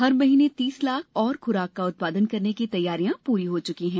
हर महीने तीस लाख और खुराक का उत्पादन करने की तैयारियां पूरी हो चुकी है